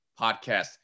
podcast